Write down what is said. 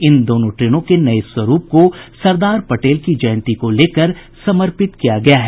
इन दोनों ट्रेनों के नये स्वरूप को सरदार पटेल की जयंती को लेकर समर्पित किया गया है